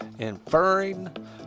Inferring